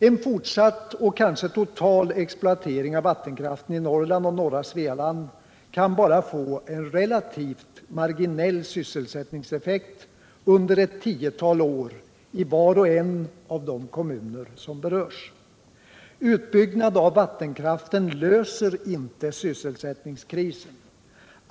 En fortsatt och kanske total exploatering av vattenkraften i Norrland och norra Svealand kan bara få en relativt marginell sysselsättningseffekt under ett tiotal år i var och en av de kommuner som berörs. Utbyggnad av vattenkraften löser inte sysselsättningskrisen.